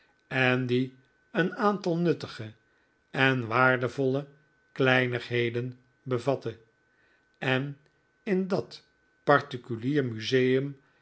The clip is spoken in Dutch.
en die een aantal nuttige en waardevolle kleinigheden bevatte en in dat particulier museum